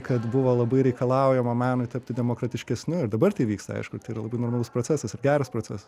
kad buvo labai reikalaujama menui tapti demokratiškesniu ir dabar tai vyksta aišku tai yra labai normalus procesas ir geras procesas